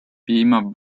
piima